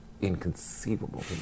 inconceivable